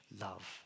love